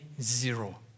zero